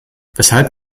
weshalb